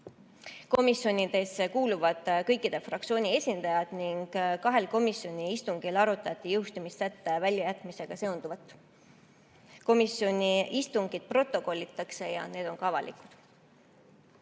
Komisjonidesse kuuluvad kõikide fraktsioonide esindajad ning kahel komisjoni istungil arutati jõustumissätte väljajätmisega seonduvat. Komisjoni istungid protokollitakse ja need on ka avalikud.